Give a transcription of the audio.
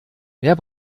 mehr